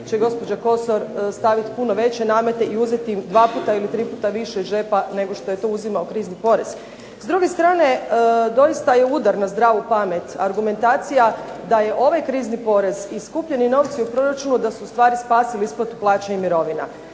će gospođa Kosor staviti puno veće namete i uzeti im 2 puta ili 3 puta više iz džepa nego što je to uzimao krizni porez. S druge strane doista je udar na zdravu pamet argumentacija da je ovaj krizni porez i skupljanje novci u proračunu da su ustvari spasili isplatu plaća i mirovina.